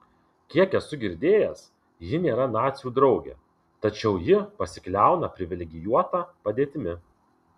kiek esu girdėjęs ji nėra nacių draugė tačiau ji pasikliauna privilegijuota padėtimi